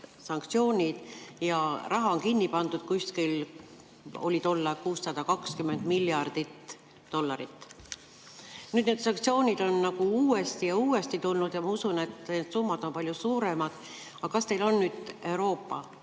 sanktsioonid ja raha on kinni pandud, mingil hetkel oli see 620 miljardit dollarit. Need sanktsioonid on nagu uuesti ja uuesti tulnud ja ma usun, et need summad on nüüd palju suuremad. Aga kas teil on Euroopa